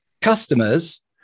customers